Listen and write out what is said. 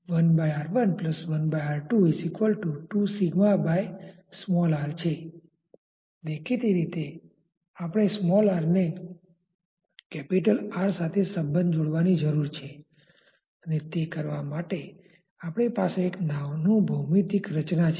તેથી તે આપણા નિયંત્રણ volume control volume control volume પસંદ કરવા પર આધારિત છે